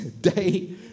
day